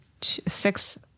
six